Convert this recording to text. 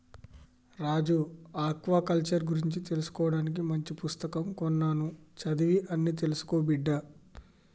రాజు aquaculture గురించి తెలుసుకోవానికి మంచి పుస్తకం కొన్నాను చదివి అన్ని తెలుసుకో బిడ్డా